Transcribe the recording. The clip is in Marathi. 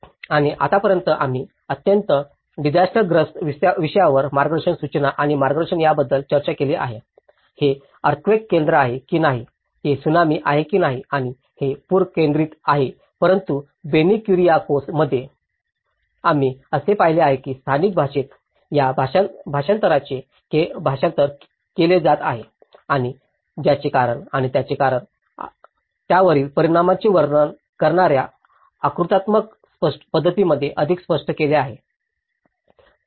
आणि आतापर्यंत आम्ही अत्यंत डिसायस्टर ग्रस्त विषयावर मार्गदर्शक सूचना आणि मार्गदर्शन याबद्दल चर्चा केली आहे हे अर्थक्वेक केंद्र आहे की नाही ते त्सुनामी आहे की नाही आणि हे पूर केंद्रित आहे परंतु बेनी कुरियाकोस मध्ये आम्ही असे पाहिले आहे की स्थानिक भाषेत या भाषांतराचे भाषांतर केले जात आहे आणि ज्याचे कारण आणि त्याचे कारण आणि त्यावरील परिणामाचे वर्णन करणार्या आकृत्यात्मक पद्धतीने अधिक स्पष्ट केले आहे